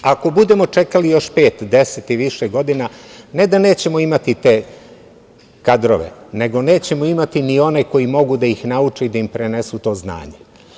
Ako budemo čekali još pet, deset ili više godina, ne da nećemo imati i te kadrove, nego nećemo imati ni one koji mogu da ih nauče i da im prenesu to znanje.